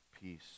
peace